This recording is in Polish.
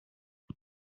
tym